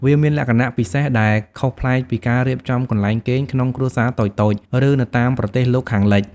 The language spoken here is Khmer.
វាមានលក្ខណៈពិសេស ដែលខុសប្លែកពីការរៀបចំកន្លែងគេងក្នុងគ្រួសារតូចៗ ឬនៅតាមប្រទេសលោកខាងលិច។